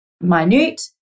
minute